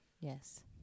Yes